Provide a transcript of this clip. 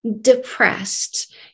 depressed